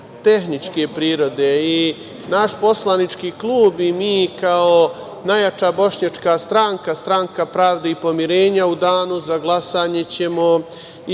tehničke prirode i naš poslanički klub i mi kao najjača bošnjačka stranka, Stranka pravde i pomirenja, u danu za glasanje ćemo ih